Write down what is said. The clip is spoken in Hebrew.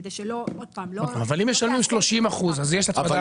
כדי שלא --- אבל אם משלמים 30% אז יש הצמדה?